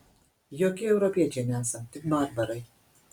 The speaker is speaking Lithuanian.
jokie europiečiai nesam tik barbarai